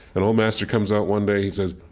an old master comes out one day. he says,